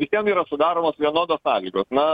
visiem yra sudaromos vienodos sąlygos na